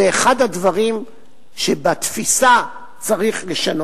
זה אחד הדברים שבתפיסה צריך לשנות.